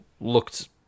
looked